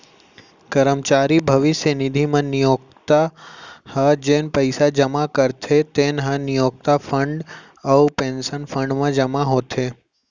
करमचारी भविस्य निधि म नियोक्ता ह जेन पइसा जमा करथे तेन ह नियोक्ता फंड अउ पेंसन फंड म जमा होथे